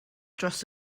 dros